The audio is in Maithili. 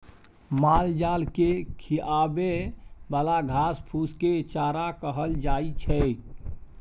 मालजाल केँ खिआबे बला घास फुस केँ चारा कहल जाइ छै